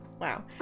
wow